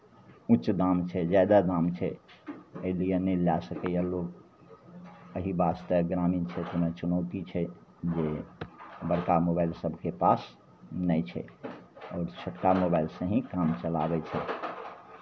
ऊँच दाम छै जादा दाम छै एहि लिए नहि लए सकैए लोक एहि वास्ते ग्रामीण क्षेत्रमे चुनौती जे बड़का मोबाइल सभके पास नहि छै ओ छोटका मोबाइलसँ ही काम चलाबै छै